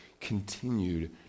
continued